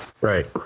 Right